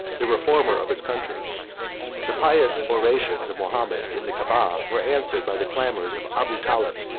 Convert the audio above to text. the reformer of his country the pious orations of mahomet in the caaba were answered by the clamors of abu taleb.